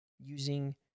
using